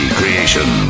creation